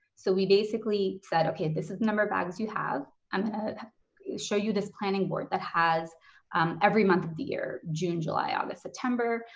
so we basically said, okay, this is number of bags you have, i'm gonna ah show you this planning board that has every month of the year, june, july, august, september,